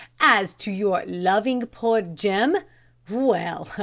as to your loving poor jim well,